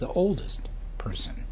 the oldest person